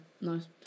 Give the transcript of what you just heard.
Nice